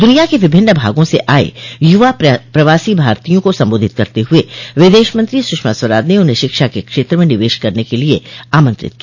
द्निया के विभिन्न भागों से आये युवा प्रवासी भारतीयों को संबोधित करते हुए विदेश मंत्री सुषमा स्वराज ने उन्हें शिक्षा के क्षेत्र में निवेश करने के लिए आमंत्रित किया